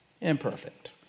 imperfect